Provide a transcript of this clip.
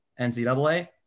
NCAA